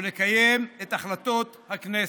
למלא באמונה את תפקידי כסגן שר ולקיים את החלטות הכנסת.